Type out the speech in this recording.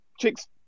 chicks